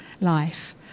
life